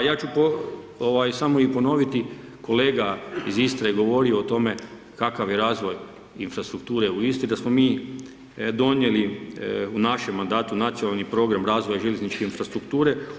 A ja ću samo ponoviti, kolega iz Istre je govorio o tome kakav je razvoj infrastrukture u Istri da smo mi donijeli u našem mandatu Nacionalni program razvoja željezničke infrastrukture.